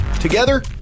Together